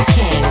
King